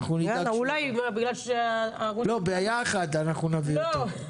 אולי בגלל ש --- ביחד אנחנו נביא אותו.